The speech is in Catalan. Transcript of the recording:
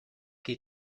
qui